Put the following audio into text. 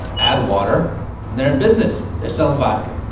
add water, and they're in business. they're selling vodka.